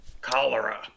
cholera